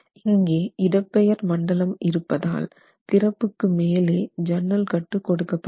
இங்கே இடப்பெயர் மண்டலம் இருப்பதால் திறப்புக்கு மேலே சன்னல் கட்டு கொடுக்கப்படுகிறது